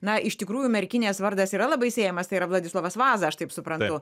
na iš tikrųjų merkinės vardas yra labai siejamas tai yra vladislovas vaza aš taip suprantu